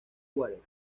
waters